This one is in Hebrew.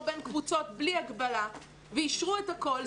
בין קבוצות בלי הגבלה ואישרו את הכול,